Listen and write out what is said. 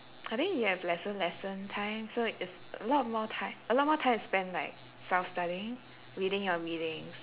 I think you have lesser lesson time so it's a lot more time a lot more time to spend like self-studying reading your readings